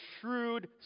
shrewd